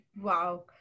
Wow